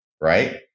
right